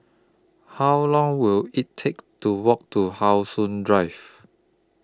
How Long Will IT Take to Walk to How Sun Drive